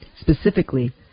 specifically